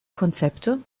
konzepte